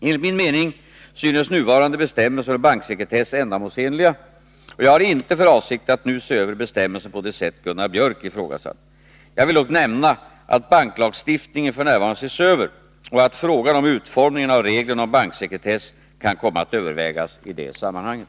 Enligt min mening synes nuvarande bestämmelser om banksekretess ändamålsenliga, och jag har inte för avsikt att nu se över bestämmelsen på det sätt Gunnar Biörck ifrågasatt. Jag vill dock nämna att banklagstiftningen f. n. ses över och att frågan om utformningen av reglerna om banksekretess kan komma att övervägas i det sammanhanget.